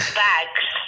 bags